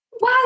Wow